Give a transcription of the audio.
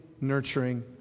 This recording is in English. nurturing